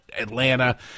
atlanta